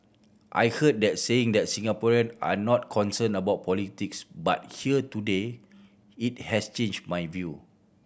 I heard the saying that Singaporean are not concerned about politics but here today it has changed my view